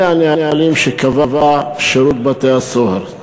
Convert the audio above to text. אלה הנהלים שקבע שירות בתי-הסוהר.